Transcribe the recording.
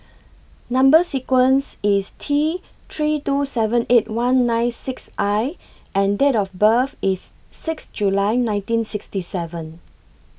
Number sequence IS T three two seven eight one nine six I and Date of birth IS six July nineteen sixty seven